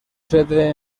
sede